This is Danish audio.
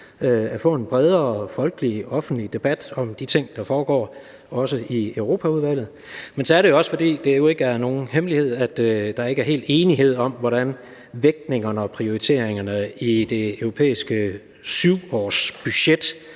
at få en bredere folkelig, offentlig debat om de ting, der foregår, også i Europaudvalget. Det andet er, at det jo heller ikke er nogen hemmelighed, at der ikke er helt enighed om, hvordan vægtningerne og prioriteringerne i det europæiske 7-årsbudget